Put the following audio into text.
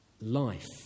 life